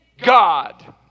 God